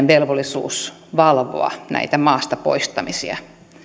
velvollisuus valvoa näitä maasta poistamisia